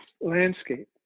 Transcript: landscape